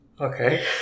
Okay